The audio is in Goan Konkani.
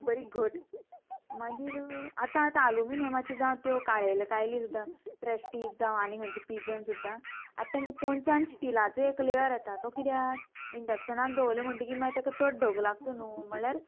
बरी घट मागीर आतां आतां आलुमिनियमाच्यो जावं त्यो काळेल्यो कायली सुद्दां प्रेस्टीज जावं आनी खंयचे पिजन सुद्दां आतां तांकां पोनच्यान स्टिलाचो एक लेयर येता तो किद्याक इंडक्शनाक दोवलें म्हणटकीर ताका चड ढग लागचो न्हू म्हळ्यार